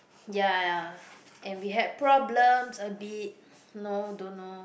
ya and we had problems a bit know don't know